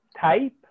Type